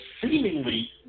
seemingly